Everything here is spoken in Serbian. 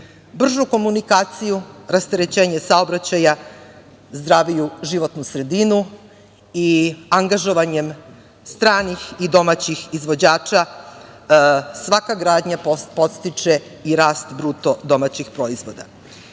bržu komunikaciju, rasterećenje saobraćaja, zdraviju životnu sredinu i angažovanjem stranih i domaćih izvođača, svaka gradnja podstiče i rast BDP.Ja bih ovde